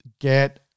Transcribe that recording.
get